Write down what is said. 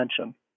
attention